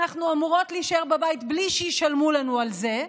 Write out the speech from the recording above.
אנחנו אמורות להישאר בבית בלי שישלמו לנו על זה.